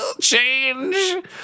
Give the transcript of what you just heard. Change